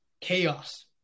chaos